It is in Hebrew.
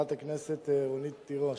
חברת הכנסת רונית תירוש,